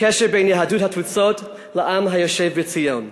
הקשר בין יהדות התפוצות לעם היושב בציון.